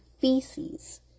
feces